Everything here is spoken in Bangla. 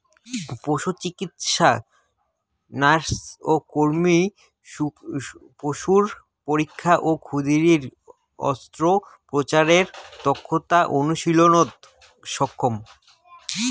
পশুচিকিৎসা নার্স ও কর্মী পশুর পরীক্ষা আর ক্ষুদিরী অস্ত্রোপচারের দক্ষতা অনুশীলনত সক্ষম